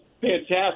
fantastic